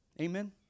Amen